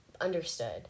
understood